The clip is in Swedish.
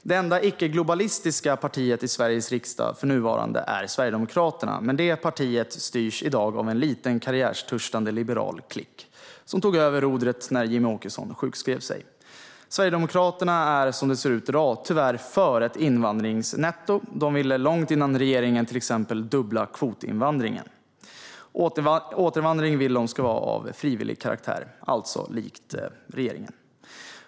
Det enda icke-globalistiska partiet i Sveriges riksdag är för närvarande Sverigedemokraterna, men detta parti styrs i dag av en liten karriärtörstande liberal klick, som tog över rodret när Jimmie Åkesson sjukskrev sig. Sverigedemokraterna är, som det ser ut i dag, tyvärr för ett invandringsnetto. Till exempel ville de långt före regeringen fördubbla kvotinvandringen, och återvandring vill de ska vara av frivillig karaktär, alltså likt regeringen.